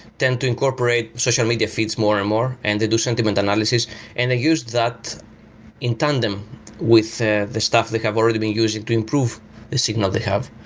tend to incorporate social media feeds more and more and they do sentiment analysis and they use that in tandem with the the stuff they have already been using to improve a signal they have.